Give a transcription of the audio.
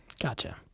gotcha